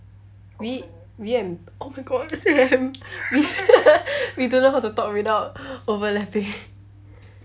we we an~ oh my god same we we don't know how to talk without overlapping